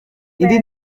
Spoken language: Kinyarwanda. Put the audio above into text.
indi